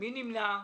מי נמנע?